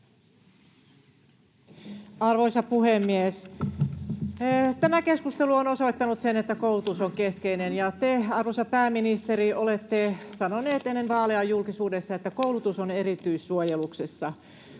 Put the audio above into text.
Arvoisa puhemies! Tämä keskustelu on osoittanut sen, että koulutus on keskeinen, ja te, arvoisa pääministeri, olette sanonut ennen vaaleja julkisuudessa, että koulutus on erityissuojeluksessa.